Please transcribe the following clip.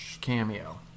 cameo